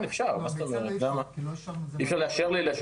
תחום מתאר מאושר היום אלף